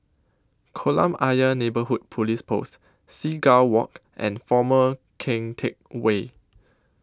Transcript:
Kolam Ayer Neighbourhood Police Post Seagull Walk and Former Keng Teck Whay